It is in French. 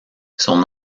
son